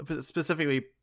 specifically